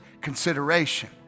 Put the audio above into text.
consideration